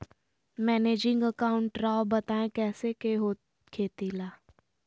Managing account राव बताएं कैसे के हो खेती ला?